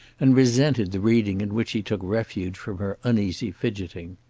and resented the reading in which he took refuge from her uneasy fidgeting.